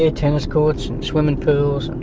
yeah tennis courts, swimming pools, and